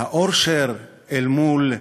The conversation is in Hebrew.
אורשר אל מול רגב,